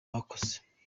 bakoze